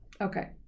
Okay